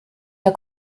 der